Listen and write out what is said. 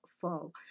full